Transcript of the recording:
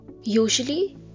Usually